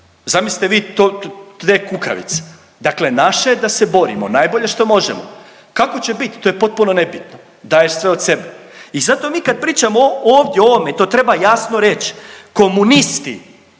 Zamislite vi to te kukavice. Dakle, naše je da se borimo najbolje što možemo. Kako će bit to je potpuno nebitno, daješ sve od sebe. I zato mi kad pričamo ovdje o ovome i to treba jasno reći, komunisti,